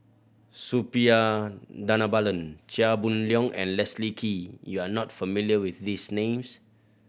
Suppiah Dhanabalan Chia Boon Leong and Leslie Kee you are not familiar with these names